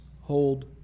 hold